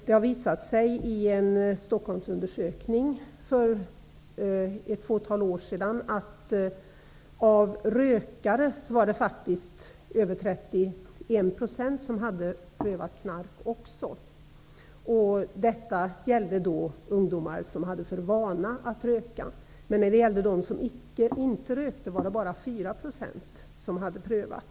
Det har visat sig i en Stockholmsundersökning för ett fåtal år sedan att av rökare var det faktiskt 31 % som hade prövat narkotika också. Detta gällde då ungdomar som hade för vana att röka. Men när det gällde dem som inte rökte var det bara 4 % som hade prövat.